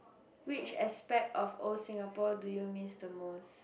which aspect of old Singapore do you miss the most